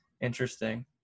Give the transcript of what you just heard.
Interesting